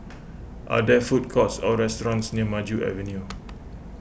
are there food courts or restaurants near Maju Avenue